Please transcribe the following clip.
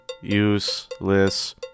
useless